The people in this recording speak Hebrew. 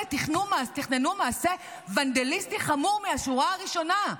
האנשים האלה תכננו מעשה ונדליסטי חמור מהשורה הראשונה,